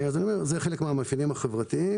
זה חלק מן המאפיינים החברתיים.